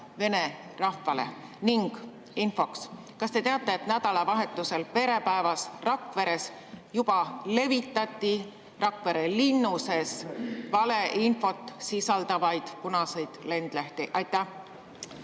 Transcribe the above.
Vene rahvale? Ning infoks: kas te teate, et nädalavahetusel Rakveres toimunud perepäeval juba levitati Rakvere linnuses valeinfot sisaldavaid punaseid lendlehti? Aitäh